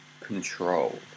Control